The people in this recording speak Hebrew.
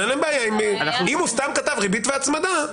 אם הוא סתם כתב ריבית והצמדה,